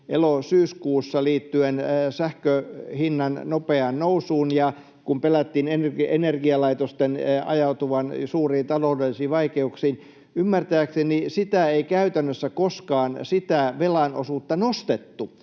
elo-syyskuussa liittyen sähkön hinnan nopeaan nousuun ja silloin, kun pelättiin energialaitosten ajautuvan suuriin taloudellisiin vaikeuksiin. Ymmärtääkseni sitä velan osuutta ei käytännössä koskaan nostettu,